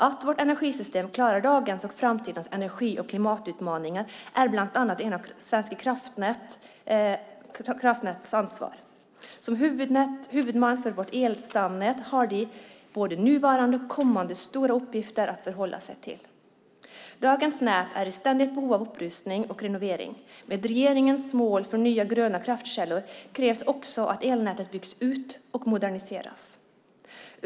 Att vårt energisystem klarar dagens och framtidens energi och klimatutmaningar är bland annat Svenska kraftnäts ansvar. Som huvudman för vårt elstamnät har de både nuvarande och kommande stora uppgifter att förhålla sig till. Dagens nät är i ständigt behov av upprustning och renovering. Med regeringens mål för nya gröna kraftkällor krävs också att elnätet byggs ut och moderniseras.